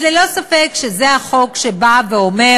ללא ספק זה החוק שאומר: